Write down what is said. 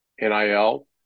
nil